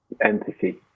empathy